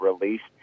released